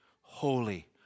holy